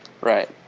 Right